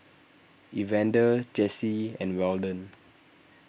Evander Jesse and Weldon